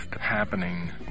happening